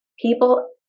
People